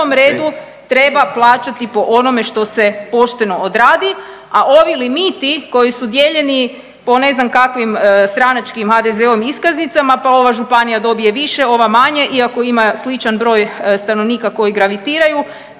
prvom redu treba plaćati po onome što se pošteno odradi, a ovi limiti koji su dijeljeni po ne znam kakvim stranačkim HDZ-ovim iskaznicama, pa ova županija dobije više, ova manje iako ima sličan broj stanovnika koji gravitiraju,